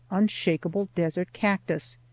unshakable desert cactus.